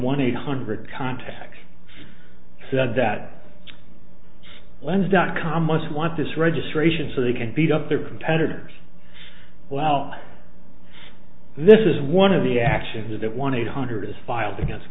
one eight hundred contacts said that len's dot com must want this registration so they can beat up their competitors well this is one of the actions of that one eight hundred s filed against